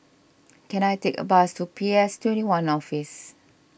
can I take a bus to P S twenty one Office